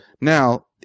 Now